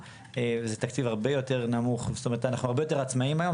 בכ-90% מהנושאים אני מבצע ישיבות מעקב כדי לוודא ביצוע,